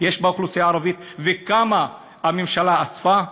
יש באוכלוסייה הערבית וכמה הממשלה אספה?